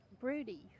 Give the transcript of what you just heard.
broody